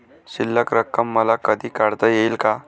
शिल्लक रक्कम मला कधी काढता येईल का?